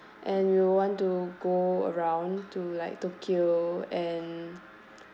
and we want to go around to like tokyo and